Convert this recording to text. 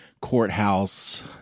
courthouse